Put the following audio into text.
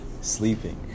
sleeping